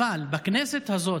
אבל בכנסת הזאת,